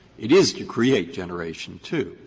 it is to create generation two.